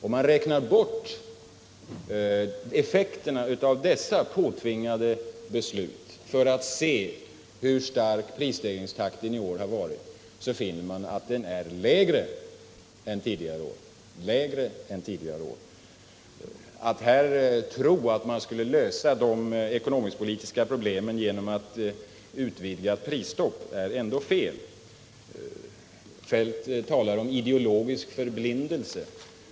Om man räknar bort effekterna av dessa påtvingade beslut, för att se hur stark prisstegringstakten i år har varit, finner man att den är lägre än tidigare år. Att tro att man skulle lösa de ekonomisk-politiska problemen genom ett utvidgat prisstopp är ändå fel. Feldt talar om ideologisk förblindelse.